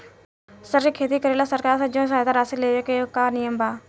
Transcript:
सर के खेती करेला सरकार से जो सहायता राशि लेवे के का नियम बा?